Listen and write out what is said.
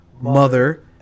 mother